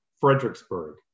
Fredericksburg